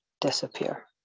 disappear